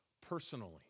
personally